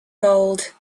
gold